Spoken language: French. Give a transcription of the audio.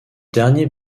dernier